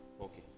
Okay